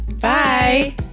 Bye